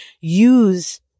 use